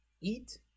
eat